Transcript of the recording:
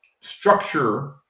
structure